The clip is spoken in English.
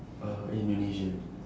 uh indonesia